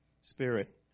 Spirit